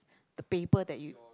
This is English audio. the paper that you